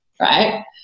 right